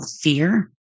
fear